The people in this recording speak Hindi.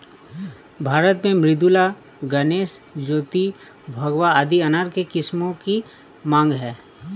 भारत में मृदुला, गणेश, ज्योति, भगवा आदि अनार के किस्मों की मांग है